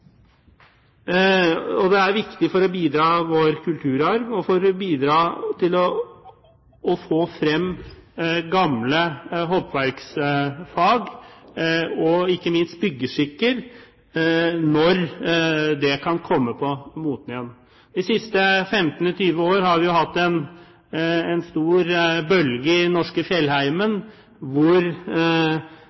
Det er viktig for vår kulturarv og for å bidra til å få frem gamle håndverksfag, ikke minst byggeskikker, når de kommer på moten igjen. De siste 15–20 årene har vi hatt en stor bølge i den norske fjellheimen, hvor